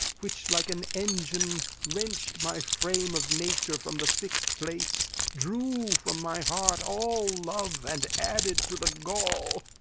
which, like an engine, wrench'd my frame of nature from the fix'd place drew from my heart all love and added to the gall.